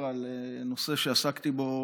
בו,